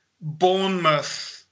Bournemouth